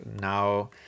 now